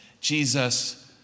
Jesus